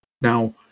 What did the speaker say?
now